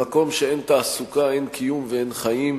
במקום שאין תעסוקה, אין קיום ואין חיים.